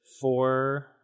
four